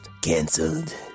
Cancelled